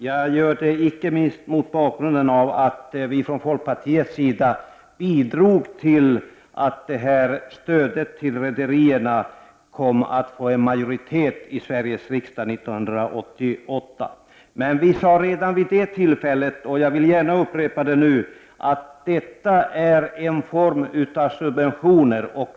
Jag gör det inte minst mot bakgrund av att vi från folkpartiets sida bidragit till att det här stödet till rederierna kom att få en majoritet i Sveriges riksdag 1988. Vi sade redan vid det tillfället, och jag vill gärna upprepa det nu, att detta är en form av subvention.